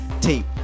Tape